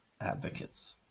advocates